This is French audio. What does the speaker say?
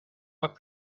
mois